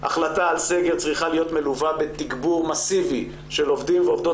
החלטה על סגר צריכה להיות מלווה בתגבור מסיבי של עובדים ועובדות